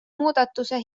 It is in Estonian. muudatuse